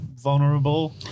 Vulnerable